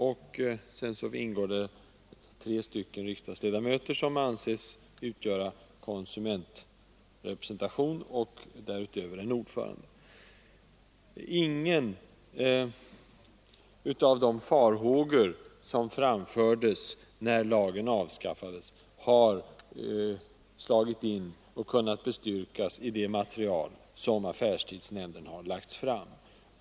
Därutöver ingår det tre riksdagsledamöter som anses utgöra konsumentrepresentation samt som ordförande generaldirektör Englund i prisoch kartellnämnden. Ingen av de farhågor som uttalades när lagen avskaffades har besannats och kunnat bestyrkas av det material som affärstidsnämnden har redovisat.